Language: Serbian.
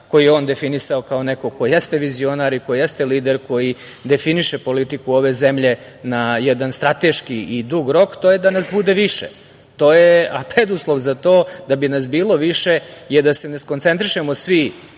koje je on definisao, kao neko ko jeste vizionar, koji jeste lider, koji definiše politiku ove zemlje na jedan strateški i dug rok to je da nas bude više. Preduslov za to, da bi nas bilo više, je da se ne skoncentrišemo svi